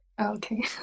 okay